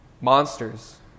monsters